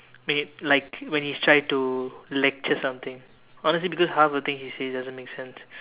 when like when he try to lecture something honestly because half of the things he says doesn't make sense